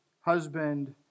husband